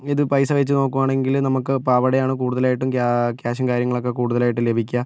ഇത് പൈസ വെച്ചു നോക്കുകയാണെങ്കിൽ നമുക്ക് അപ്പം അവിടെയാണ് കൂടുതലായിട്ടും ക്യാ ക്യാഷും കാര്യങ്ങളൊക്കെ കൂടുതലായിട്ട് ലഭിക്കുക